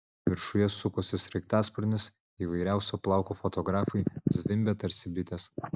viršuje sukosi sraigtasparnis įvairiausio plauko fotografai zvimbė tarsi bitės